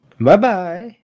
Bye-bye